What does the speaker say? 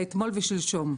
אלא אתמול ושלשום.